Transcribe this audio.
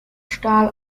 stahl